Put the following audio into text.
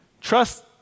trust